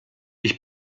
ich